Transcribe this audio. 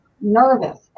nervous